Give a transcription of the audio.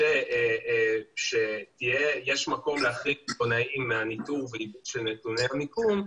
שאומרים שיש מקום להחריג עיתונאים מהניטור והעיבוד של נתוני המיקום,